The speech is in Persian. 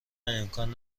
امکان